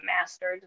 mastered